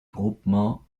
groupements